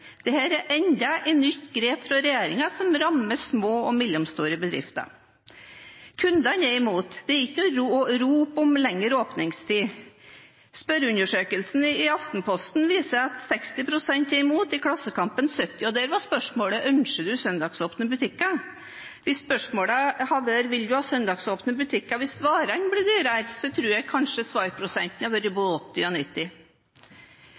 er enda et nytt grep fra regjeringen som rammer små og mellomstore bedrifter. Kundene er imot. Det er ikke noe rop om lengre åpningstid. Spørreundersøkelser i Aftenposten og Klassekampen viser at henholdsvis 60 og 70 pst er imot. Der var spørsmålet: Ønsker du søndagsåpne butikker? Hvis spørsmålet hadde vært: Vil du ha søndagsåpne butikker hvis varene blir dyrere, tror jeg kanskje svarprosenten hadde vært både 80 og 90